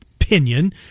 opinion